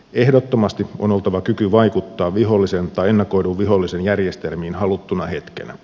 ehdottomasti on oltava kyky vaikuttaa vihollisen tai ennakoidun vihollisen järjestelmiin haluttuna hetkenä